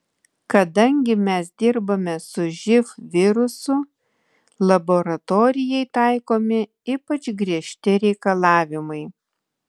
kadangi mes dirbame su živ virusu laboratorijai taikomi ypač griežti reikalavimai